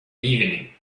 evening